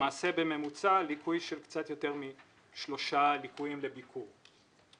למעשה בממוצע ליקוי של קצת משלושה ליקויים לביקור.